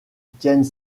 tiennent